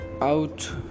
out